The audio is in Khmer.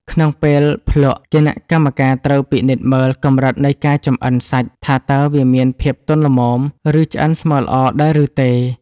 ក្នុងពេលភ្លក្ស គណៈកម្មការត្រូវពិនិត្យមើលកម្រិតនៃការចម្អិនសាច់ថា តើវាមានភាពទន់ល្មម ឬឆ្អិនស្មើល្អដែរឬទេ។